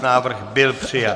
Návrh byl přijat.